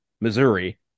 Missouri